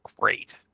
great